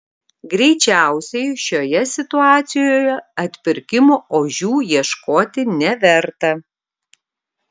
greičiausiai šioje situacijoje atpirkimo ožių ieškoti neverta